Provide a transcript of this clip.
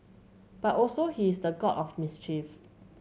but also he is the god of mischief